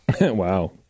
Wow